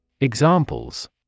Examples